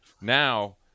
now